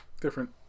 Different